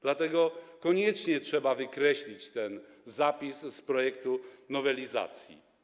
Dlatego koniecznie trzeba wykreślić ten zapis z projektu nowelizacji.